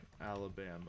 Alabama